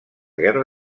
guerra